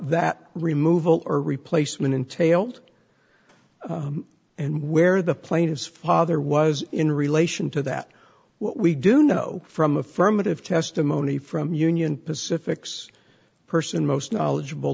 that removal or replacement entailed and where the plaintiff's father was in relation to that what we do know from affirmative testimony from union pacific six person most knowledgeable